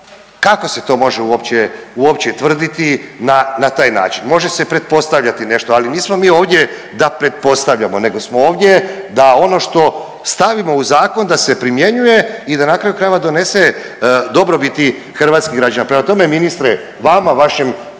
Kako se to može uopće, uopće tvrditi na taj način? Može se pretpostavljati nešto, ali nismo mi ovdje da pretpostavljamo nego smo ovdje da ono što stavimo u zakon da se primjenjuje i da na kraju krajeva donese dobrobiti hrvatskim građanima. Prema tome ministre vama, vašem